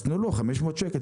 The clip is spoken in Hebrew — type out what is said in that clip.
אז תנו לו קנס בגובה 500 שקלים,